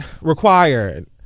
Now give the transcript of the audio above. required